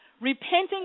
Repenting